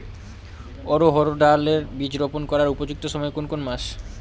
অড়হড় ডাল এর বীজ রোপন করার উপযুক্ত সময় কোন কোন মাস?